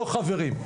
לא חברים,